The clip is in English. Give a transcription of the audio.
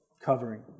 covering